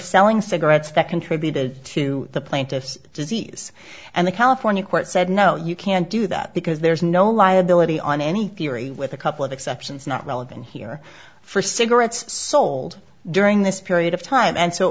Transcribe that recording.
selling cigarettes that contributed to the plaintiff's disease and the california court said no you can't do that because there's no liability on any theory with a couple of exceptions not relevant here for cigarettes sold during this period of time and so it